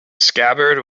scabbard